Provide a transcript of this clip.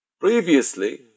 Previously